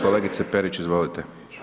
Kolegice Perić, izvolite.